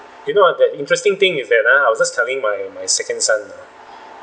you know the interesting thing is that uh I was just telling my my second son